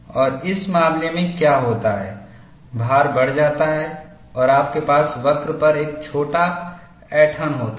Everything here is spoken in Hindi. और इस मामले में क्या होता है भार बढ़ जाता है और आपके पास वक्र पर एक अच्छा ऐंठन होता है